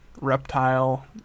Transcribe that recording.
Reptile